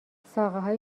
ساقههای